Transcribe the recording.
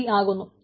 etആകുന്നു